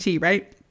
right